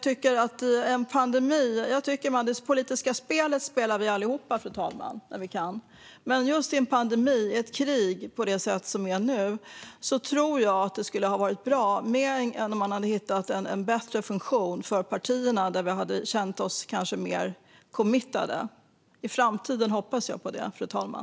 Det politiska spelet spelar vi allihop, fru talman, när vi kan. Men just i en pandemi, ett krig på det sätt som det är nu, tror jag att det hade varit bra om man hade hittat en bättre funktion för partierna där vi hade känt oss mer committade. I framtiden hoppas jag på det, fru talman.